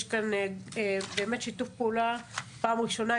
יש כאן באמת שיתוף פעולה פעם ראשונה.